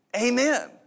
Amen